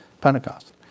Pentecost